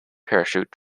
parachute